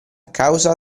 causa